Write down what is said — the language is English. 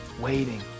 waiting